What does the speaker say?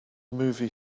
movie